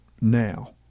Now